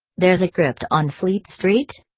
there's a crypt on fleet street?